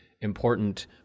important